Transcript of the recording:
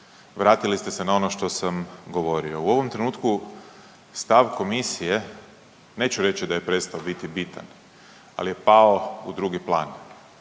vratili ste se na ono što sam govorio. U ovom trenutku stav komisije neću reći da je prestao biti bitan, ali je pao u drugi plan.